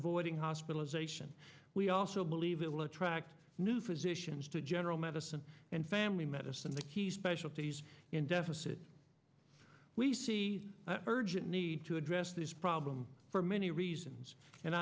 avoiding hospitalization we also believe it will attract new physicians to general medicine and family medicine the key specialties in deficit we see urgent need to address this problem for many reasons and